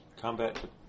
Combat